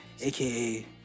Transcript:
AKA